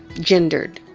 gendered.